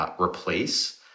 replace